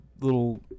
little